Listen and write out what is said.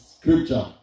scripture